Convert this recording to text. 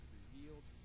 revealed